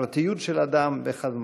בפרטיות של אדם וכדומה.